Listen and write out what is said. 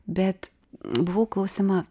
bet buvau klausiama